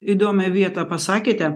įdomią vietą pasakėte